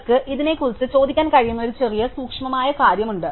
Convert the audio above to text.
നിങ്ങൾക്ക് ഇതിനെക്കുറിച്ച് ചോദിക്കാൻ കഴിയുന്ന ഒരു ചെറിയ സൂക്ഷ്മമായ കാര്യമുണ്ട്